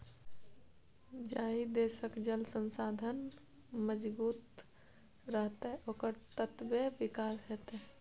जाहि देशक जल संसाधन मजगूत रहतै ओकर ततबे विकास हेतै